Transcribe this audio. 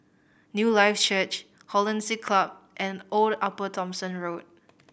Newlife Church Hollandse Club and Old Upper Thomson Road